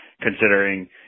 considering